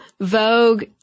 Vogue